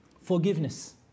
forgiveness